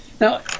Now